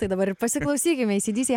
tai dabar ir pasiklausykime acdc